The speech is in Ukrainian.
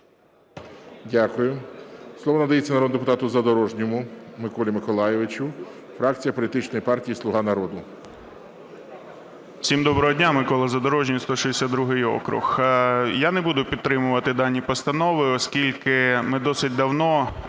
Дякую. Слово надається народному депутату Задорожньому Миколі Миколайовичу, фракція політичної партії "Слуга народу". 12:37:33 ЗАДОРОЖНІЙ М.М. Всім доброго дня! Микола Задорожній, 162 округ. Я не буду підтримувати дані постанови, оскільки ми досить давно